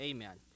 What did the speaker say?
Amen